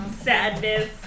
Sadness